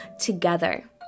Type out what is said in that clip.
together